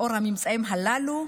לאור הממצאים הללו,